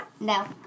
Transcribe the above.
No